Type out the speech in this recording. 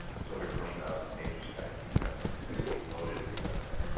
there's over twenty thousand pages guys. he's kind of he's going to be bloated if he does that.